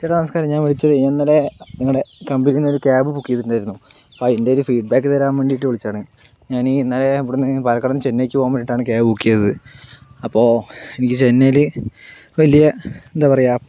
ചേട്ടാ നമസ്കാരം ഞാൻ വിളിച്ചത് ഞാൻ ഇന്നലെ നിങ്ങളുടെ കമ്പനിയിൽനിന്ന് ഒരു കാബ് ബുക്ക് ചെയ്തിരുന്നു അപ്പോൾ അതിൻ്റെ ഒരു ഫീഡ്ബാക്ക് തരാൻ വേണ്ടിയിട്ട് വിളിച്ചതാണ് ഞാൻ ഇന്നലെ ഇവിടുന്ന് പാലക്കാടുനിന്ന് ചെന്നൈക്ക് പോകാൻ വേണ്ടീട്ടാണ് കാബ് ബുക്ക് ചെയ്തത് അപ്പോൾ എനിക്ക് ചെന്നൈയിൽ വലിയ എന്താ പറയുക